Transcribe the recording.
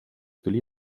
tuli